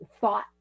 Thought